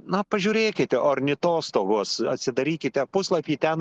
na pažiūrėkite ornitostogos atsidarykite puslapį ten